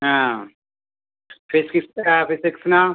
ആ ഫിസിക്സ് ഫിസിക്സിനോ